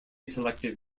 selective